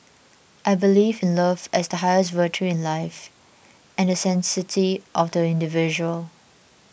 I believe in love as the highest virtue in life and the sanctity of the individual